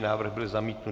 Návrh byl zamítnut.